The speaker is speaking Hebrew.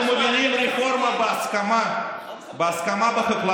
אנחנו מובלים רפורמה בהסכמה בחקלאות,